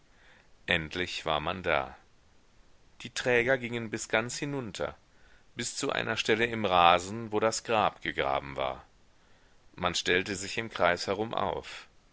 endlich war man da die träger gingen bis ganz hinter bis zu einer stelle im rasen wo das grab gegraben war man stellte sich im kreis herum auf